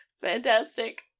Fantastic